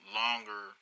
longer